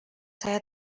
saya